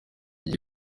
gihe